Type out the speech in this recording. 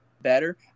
better